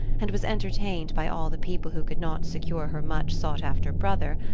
and was entertained by all the people who could not secure her much-sought-after brother,